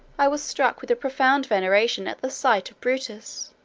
i was struck with a profound veneration at the sight of brutus,